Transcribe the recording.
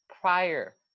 prior